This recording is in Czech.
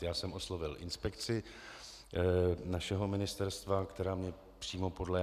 Já jsem oslovil inspekci našeho ministerstva, která mi přímo podléhá.